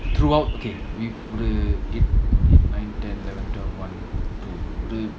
throughout okay eight nine ten eleven twelve one two